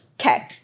Okay